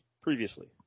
previously